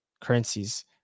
currencies